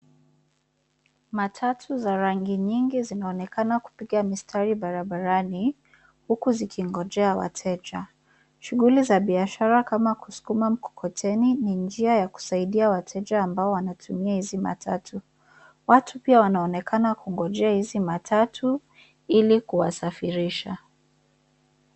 Matatu za rangi nyingi zinaonekana kupiga mistari barabarani huku zikingojea wateja. Shughuli za biashara kama kusukuma mkokoteni ni njia ya kusaidia wateja ambao wanatumia hizi matatu. Watu pia wanaonekana kungojea hizi matatu ili kuwasafirisha.